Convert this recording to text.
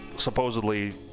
supposedly